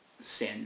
sin